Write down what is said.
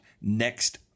next